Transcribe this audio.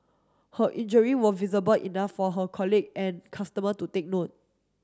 her injury were visible enough for her colleague and customer to take